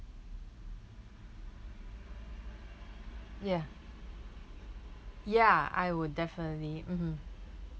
ya ya I will definitely mmhmm